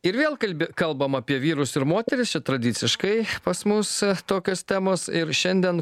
ir vėl kalbi kalbam apie vyrus ir moteris čia tradiciškai pas mus tokios temos ir šiandien